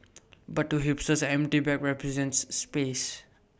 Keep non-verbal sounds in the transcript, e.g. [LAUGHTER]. [NOISE] but to hipsters an empty bag represents space